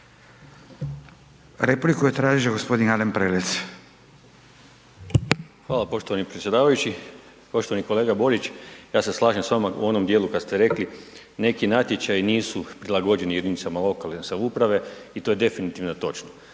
Repliku je tražio gospodin Alen Prelec. **Prelec, Alen (SDP)** Hvala poštovani predsjedavajući. Poštovani kolega Borić. Ja se slažem s vama u onom dijelu kada ste rekli neki natječaji nisu prilagođeni jedinicama lokalne samouprave i to je definitivno točno.